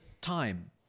time